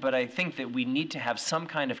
but i think that we need to have some kind of